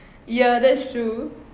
ya that's true